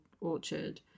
orchard